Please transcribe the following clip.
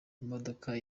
imodoka